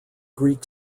greek